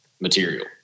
material